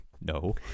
no